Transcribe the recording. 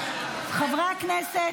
חברי הכנסת,